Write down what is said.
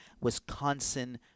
Wisconsin